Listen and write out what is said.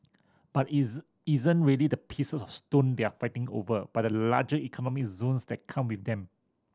but is isn't really the pieces of stone they're fighting over but the larger economic zones that come with them